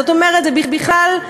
זאת אומרת, בכלל,